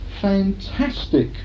fantastic